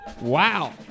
Wow